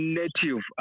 native